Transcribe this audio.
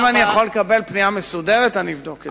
אם אני יכול לקבל פנייה מסודרת, אבדוק את זה.